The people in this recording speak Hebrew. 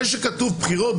זה שכתוב "בחירות",